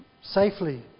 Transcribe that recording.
safely